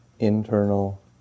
internal